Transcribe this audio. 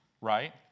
right